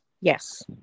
yes